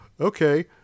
okay